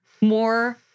more